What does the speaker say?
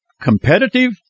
competitive